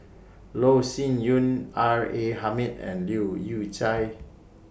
Loh Sin Yun R A Hamid and Leu Yew Chye